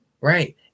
Right